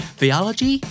theology